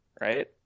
right